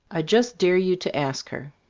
i just dare you to ask her.